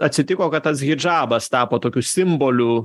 atsitiko kad tas hidžabas tapo tokiu simboliu